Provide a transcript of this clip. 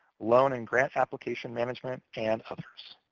loan and grant application management, and others.